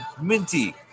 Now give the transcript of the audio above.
Minty